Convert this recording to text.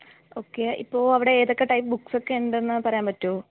ഒക്കേ ഇപ്പോൾ അവിടെ ഏതൊക്കെ ടൈപ്പ് ബുക്സൊക്കെ ഉണ്ടെന്ന് പറയാൻ പറ്റുമോ